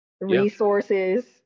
resources